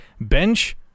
bench